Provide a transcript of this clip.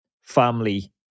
family